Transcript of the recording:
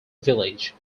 village